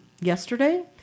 yesterday